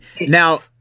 now